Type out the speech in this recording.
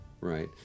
right